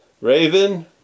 Raven